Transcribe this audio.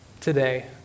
today